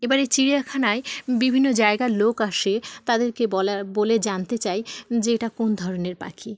এবার এই চিড়িয়াখানায় বিভিন্ন জায়গার লোক আসে তাদেরকে বলা বলে জানতে চাই যে এটা কোন ধরনের পাখি